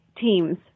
teams